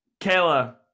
Kayla